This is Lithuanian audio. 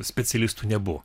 specialistų nebuvo